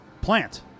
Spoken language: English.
plant